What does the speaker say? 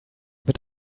mit